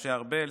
משה ארבל,